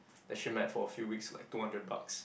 that she met for a few weeks like two hundred bucks